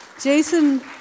Jason